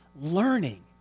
learning